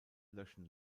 löschen